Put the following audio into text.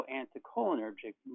anticholinergic